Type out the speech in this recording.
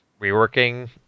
reworking